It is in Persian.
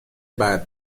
بعد